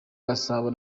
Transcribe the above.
gasabo